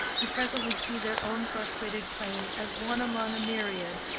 who presently see their own frustrated claim as one among a myriad,